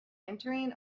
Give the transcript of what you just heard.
entering